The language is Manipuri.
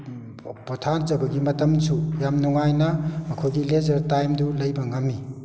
ꯄꯣꯊꯥꯖꯕꯒꯤ ꯃꯇꯝꯁꯨ ꯌꯥꯝ ꯅꯨꯡꯉꯥꯏꯅ ꯃꯈꯣꯏꯒꯤ ꯂꯦꯖꯔ ꯇꯥꯏꯝꯗꯨ ꯂꯩꯕ ꯉꯝꯏ